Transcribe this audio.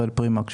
הראל פרימק,